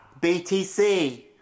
BTC